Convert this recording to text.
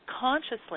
consciously